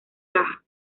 caja